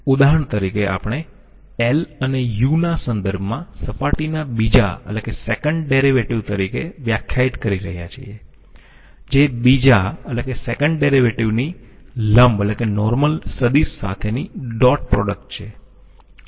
ઉદાહરણ તરીકે આપણે L ને u ના સંદર્ભમાં સપાટીના બીજા ડેરિવેટિવ તરીકે વ્યાખ્યાયિત કરી રહ્યા છીએ જે બીજા ડેરિવેટિવની લંબ સદિશ સાથેની ડોટ પ્રોડક્ટ છે